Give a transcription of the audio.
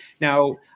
Now